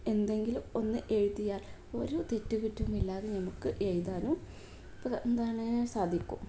എന്തെങ്കിലും ഒന്ന് എഴുതിയാൽ ഒരു തെറ്റുകുറ്റവുമില്ലാതെ നമുക്ക് എഴുതാനും അപ്പം എന്താണ് സാധിക്കും